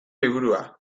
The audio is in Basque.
liburua